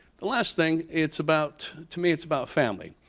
last thing, it's about to me it's about family.